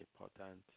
important